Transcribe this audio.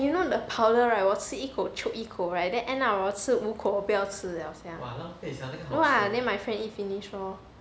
eh you know the powder right 我吃一口 choke 一口 then end up hor 吃五口我不要吃 liao sia no ah then my friend eat finish lor